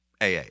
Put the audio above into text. AA